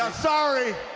um sorry.